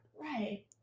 Right